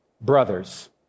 brothers